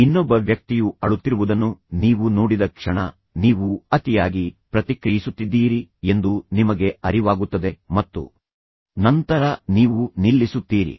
ಇನ್ನೊಬ್ಬ ವ್ಯಕ್ತಿಯು ಅಳುತ್ತಿರುವುದನ್ನು ನೀವು ನೋಡಿದ ಕ್ಷಣ ನೀವು ಅತಿಯಾಗಿ ಪ್ರತಿಕ್ರಿಯಿಸುತ್ತಿದ್ದೀರಿ ಎಂದು ನಿಮಗೆ ಅರಿವಾಗುತ್ತದೆ ಮತ್ತು ನಂತರ ನೀವು ನಿಲ್ಲಿಸುತ್ತೀರಿ